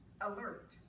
alert